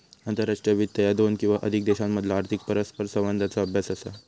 आंतरराष्ट्रीय वित्त ह्या दोन किंवा अधिक देशांमधलो आर्थिक परस्परसंवादाचो अभ्यास असा